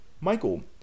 Michael